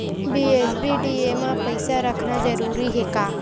BSBDA मा पईसा रखना जरूरी हे का?